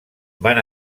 van